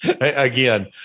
again